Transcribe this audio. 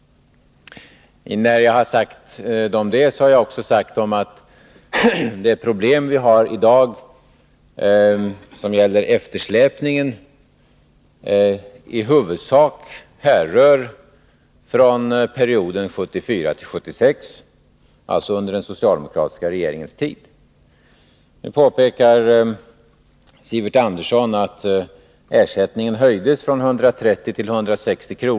De problem som vi har i dag och som gäller eftersläpningen härrör i huvudsak från perioden 1974-1976, alltså från den socialdemokratiska regeringens tid. Nu påpekar Sivert Andersson att ersättningen höjdes från 130 kr. till 160 kr.